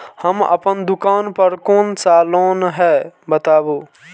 हम अपन दुकान पर कोन सा लोन हैं बताबू?